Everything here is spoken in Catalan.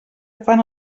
fan